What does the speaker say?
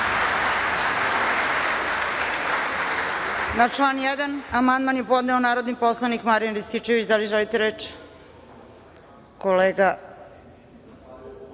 Na član 1. amandman je podneo narodni poslanik Marijan Rističević. Da li želite reč? Reč